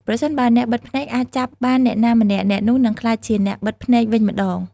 ប្រសិនបើអ្នកបិទភ្នែកអាចចាប់បានអ្នកណាម្នាក់ អ្នកនោះនឹងក្លាយជាអ្នកបិទភ្នែកវិញម្ដង។